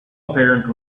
apparent